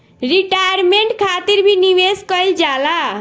retirement खातिर भी निवेश कईल जाला